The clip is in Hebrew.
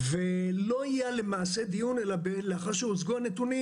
ולא היה דיון אלא לאחר שהוצגו הנתונים,